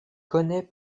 connaît